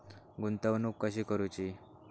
गुंतवणूक कशी करूची?